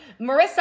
Marissa